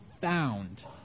found